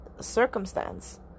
circumstance